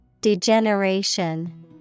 Degeneration